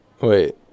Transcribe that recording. Wait